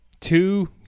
two